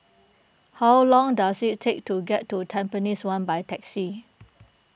how long does it take to get to Tampines one by taxi